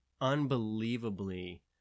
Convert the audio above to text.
unbelievably